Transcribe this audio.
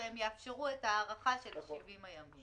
והם יאפשרו את ההארכה של 70 הימים.